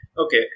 Okay